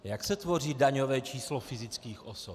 Jak se tvoří daňové číslo fyzických osob?